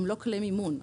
הם לא כלי מימון,